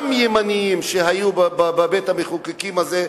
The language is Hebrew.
גם ימנים, שהיו בבית-המחוקקים הזה,